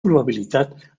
probabilitat